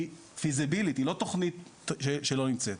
היא ישימה, היא לא תכנית שלא נמצאת.